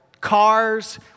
Cars